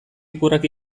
ikurrak